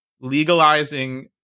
legalizing